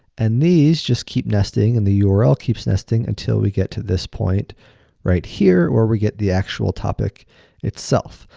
and these just keep nesting and the url keeps nesting until we get to this point right here where we get the actual topic itself.